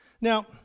Now